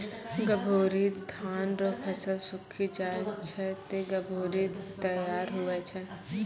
गभोरी धान रो फसल सुक्खी जाय छै ते गभोरी तैयार हुवै छै